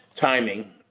timing